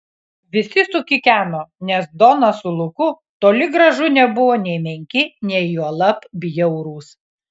visi sukikeno nes donas su luku toli gražu nebuvo nei menki nei juolab bjaurūs